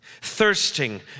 Thirsting